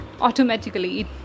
automatically